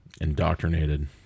Indoctrinated